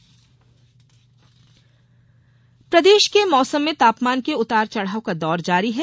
मौसम प्रदेश के मौसम में तापमान के उतार चढ़ाव का दौर जारी है